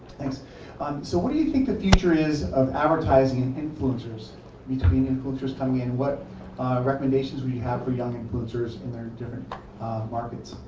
thank you. um so what do you think the future is of advertising and influencers between influencers coming in. what recommendations would you have for young influencers in different markets?